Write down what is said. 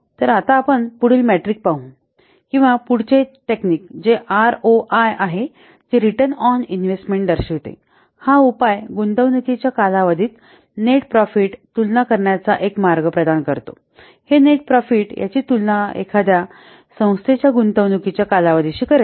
तर आता आपण पुढील मेट्रिक पाहू किंवा पुढचे तंत्र जे आरओआय आहे जे रिटर्न ऑन इन्व्हेस्टमेंट दर्शविते हा उपाय गुंतवणूकीच्या कालावधीत नेट प्रॉफिट तुलना करण्याचा एक मार्ग प्रदान करतो हे नेट प्रॉफिट यांची तुलना एखाद्या संस्थेच्या गुंतवणूकीच्या कालावधीशी करेल